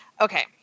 okay